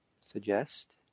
suggest